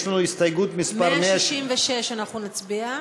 יש לנו הסתייגות מס' על 166 אנחנו נצביע.